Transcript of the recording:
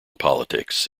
politics